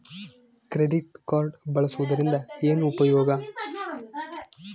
Credit card ಬಳಸುವದರಿಂದ ಏನು ಉಪಯೋಗ?